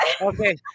okay